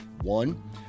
one